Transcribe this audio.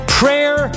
prayer